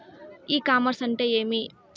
E commerce అంటే ఏమి?